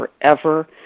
forever